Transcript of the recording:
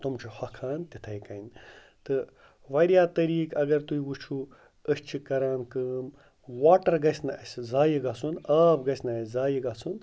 تِم چھِ ہۄکھان تِتھَے کٔنۍ تہٕ واریاہ طریٖقہٕ اگر تُہۍ وٕچھُو أسۍ چھِ کَران کٲم واٹَر گَژھِ نہٕ اَسہِ ضایع گَژھُن آب گَژھِ نہٕ اَسہِ ضایع گَژھُن